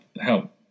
help